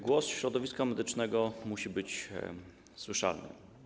Głos środowiska medycznego musi być słyszalny.